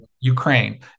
Ukraine